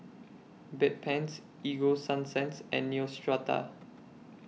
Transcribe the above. Bedpans Ego Sunsense and Neostrata